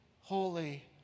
holy